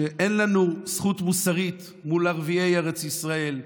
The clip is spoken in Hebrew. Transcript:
שאין לנו זכות מוסרית מול ערביי ארץ ישראל,